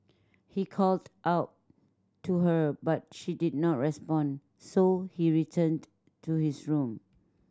he called out to her but she did not respond so he returned to his room